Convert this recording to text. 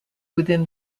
within